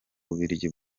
bubiligi